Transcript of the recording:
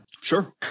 sure